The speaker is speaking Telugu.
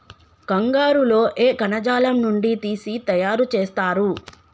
కంగారు లో ఏ కణజాలం నుండి తీసి తయారు చేస్తారు?